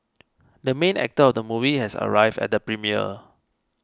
the main actor of the movie has arrived at the premiere